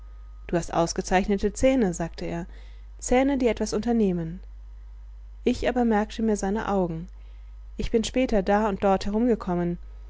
du hast ausgezeichnete zähne sagte er zähne die etwas unternehmen ich aber merkte mir seine augen ich bin später da und dort herumgekommen